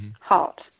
heart